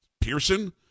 Pearson